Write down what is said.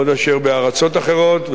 בעוד אשר בארצות אחרות,